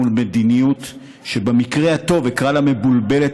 מול מדיניות שבמקרה הטוב אקרא לה "מבולבלת",